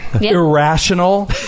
irrational